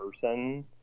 person